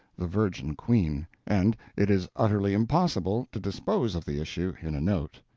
the virgin queen, and it is utterly impossible to dispose of the issue in a note.